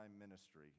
ministry